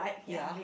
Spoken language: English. ya